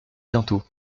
bientôt